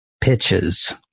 pitches